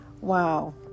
wow